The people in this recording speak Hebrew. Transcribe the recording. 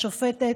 השופטת,